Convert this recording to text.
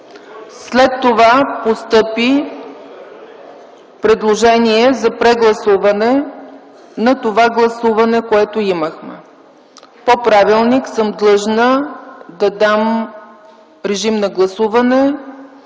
След това постъпи предложение за прегласуване на това гласуване, което имахме. По правилник съм длъжна да дам режим на гласуване